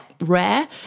rare